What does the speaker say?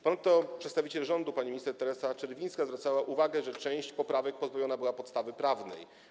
Ponadto przedstawiciel rządu pani minister Teresa Czerwińska zwracała uwagę, że część poprawek pozbawiona była podstawy prawnej.